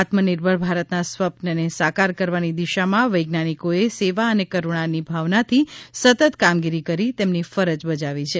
આત્મનિર્ભર ભારતના સ્વપ્નને સાકાર કરવાની દિશામાં વૈજ્ઞાનિકોએ સેવા અને કરૂણાની ભાવનાથી સતત કામગીરી કરી તેમની ફરજ બજાવી છે